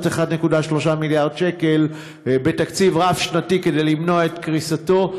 1.3 מיליארד שקל בתקציב רב-שנתי כדי למנוע את קריסתו.